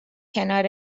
کنار